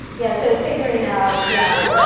yeah, so figuring out, yeah,